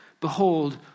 behold